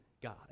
God